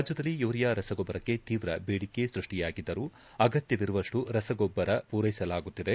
ರಾಜ್ದದಲ್ಲಿ ಯೂರಿಯಾ ರಸಗೊಬ್ಬರಕ್ಕೆ ತೀವ್ರ ಬೇಡಿಕೆ ಸೃಷ್ಷಿಯಾಗಿದ್ದರೂ ಅಗತ್ತವಿರುವಷ್ಟು ರಸಗೊಬ್ಬರವನ್ನು ಪೂರೈಸಲಾಗುತ್ತಿದೆ